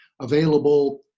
available